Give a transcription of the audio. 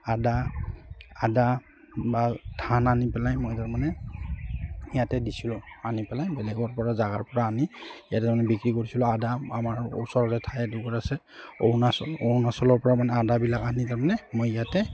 আদা আদা বা ধান আনি পেলাই মই তাৰমানে ইয়াতে দিছিলোঁ আনি পেলাই বেলেগৰপৰা জেগাৰপৰা আনি ইয়াতে তাৰমানে বিক্ৰী কৰিছিলোঁ আদা আমাৰ ওচৰতে ঠাই এডোখৰ আছে অৰুণাচল অৰুণাচলৰপৰা মানে আদাবিলাক আনি তাৰমানে মই ইয়াতে